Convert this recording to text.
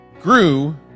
grew